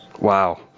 Wow